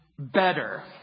better